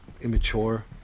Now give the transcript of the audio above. immature